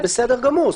זה בסדר גמור.